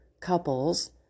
couples